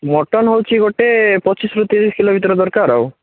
mutton ହେଉଛି ଗୋଟେ ପଚିଶରୁ ତିରିଶ କିଲୋ ଭିତରେ ଦରକାର ଆଉ